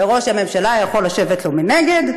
וראש הממשלה יכול לשבת לו מנגד,